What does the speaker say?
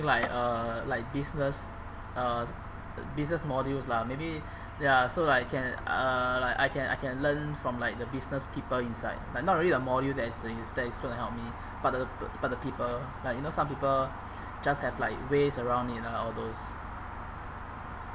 like a like business uh business modules lah maybe ya so like can uh like I can I can learn from like the business people inside like not really the module that is the u~ that is gonna help me but the but the people like you know some people just have like ways around it lah all those